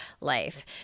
life